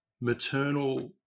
maternal